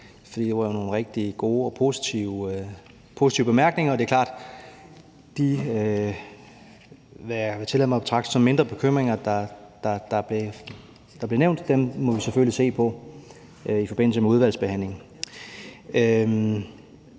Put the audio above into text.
det var nogle rigtig gode og positive bemærkninger. Det er klart, at de, som jeg vil tillade mig at betragte som mindre bekymringer, der blev nævnt, må vi selvfølgelig se på i forbindelse med udvalgsbehandlingen.